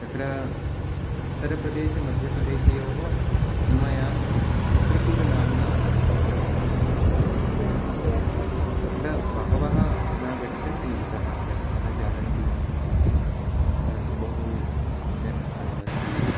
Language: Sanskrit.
तत्र उत्तरप्रदेशमध्यप्रदेशयोः सीमायाम् एकं चित्रकूटनाम्ना नगरम् अपि अस्ति बहुप्रसिद्धम् अस्ति तत्र बहवः नागच्छन्ति इतः यतः न जानन्ति इति परन्तु बहुसम्यक् स्थानमस्ति